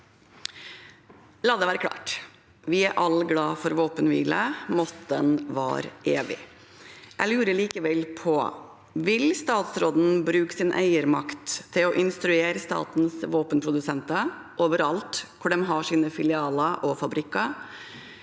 La det være klart: Vi er alle glade for våpenhvile – måtte den vare evig. Jeg lurer likevel på: Vil statsråden bruke sin eiermakt til å instruere statens våpenprodusenter, overalt hvor de har sine filialer og fabrikker,